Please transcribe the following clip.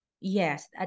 Yes